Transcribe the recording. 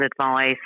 advice